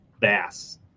bass